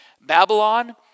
Babylon